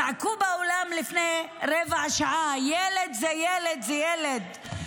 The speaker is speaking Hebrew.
צעקו באולם לפני רבע שעה: ילד זה ילד זה ילד.